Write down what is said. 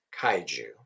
kaiju